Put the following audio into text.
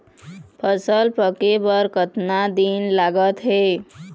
फसल पक्के बर कतना दिन लागत हे?